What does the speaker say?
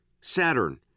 Saturn